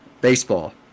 baseball